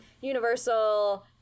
universal